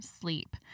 sleep